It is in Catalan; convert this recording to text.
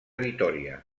vitòria